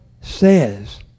says